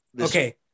Okay